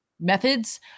methods